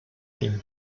team